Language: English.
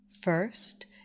First